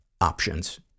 options